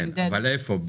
איפה?